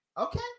Okay